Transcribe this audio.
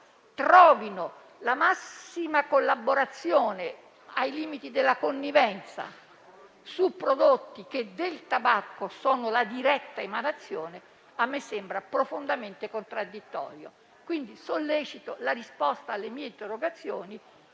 trovino la massima collaborazione ai limiti della connivenza su prodotti che del tabacco sono la diretta emanazione a me sembra profondamente contraddittorio. Sollecito pertanto la risposta alle mie interrogazioni,